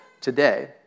today